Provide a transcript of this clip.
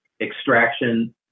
extraction